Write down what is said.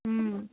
হুম